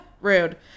rude